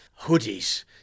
hoodies